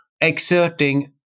exerting